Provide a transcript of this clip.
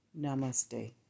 namaste